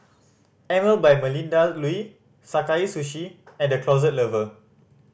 Emel by Melinda Looi Sakae Sushi and The Closet Lover